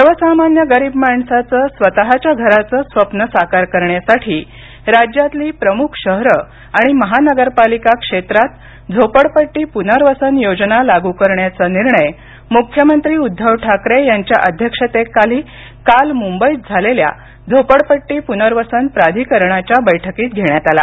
सर्वसामान्य गरीब माणसाचं स्वतःच्या घराचं स्वप्न साकार करण्यासाठी राज्यातली प्रमुख शहरं आणि महानगरपालिका क्षेत्रात झोपडपट्टी पुनर्वसन योजना लागू करण्याचा निर्णय मुख्यमंत्री उद्धव ठाकरे यांच्या अध्यक्षतेखाली काल मुंबईत झालेल्या झोपडपट्टी पुनर्वसन प्राधिकरणाच्या बैठकीत घेण्यात आला